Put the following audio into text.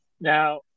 Now